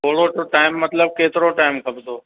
थोरो सो टाइम मतिलबु केतिरो टाइम खपंदो